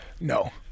No